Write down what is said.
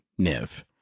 niv